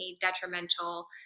detrimental